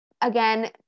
again